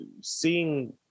seeing